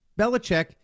Belichick